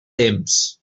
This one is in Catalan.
temps